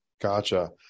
Gotcha